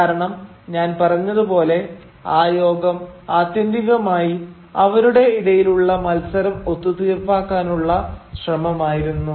കാരണം ഞാൻ പറഞ്ഞത് പോലെ ആ യോഗം ആത്യന്തികമായി അവരുടെ ഇടയിലുള്ള മത്സരം ഒത്തുതീർപ്പാക്കാനുള്ള ശ്രമമായിരുന്നു